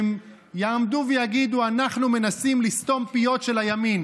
ושהם יעמדו ויגידו: אנחנו מנסים לסתום פיות של הימין.